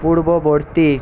পূর্ববর্তী